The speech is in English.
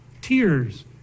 tears